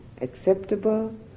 acceptable